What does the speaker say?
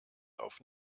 auf